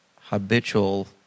habitual